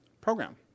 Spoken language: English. program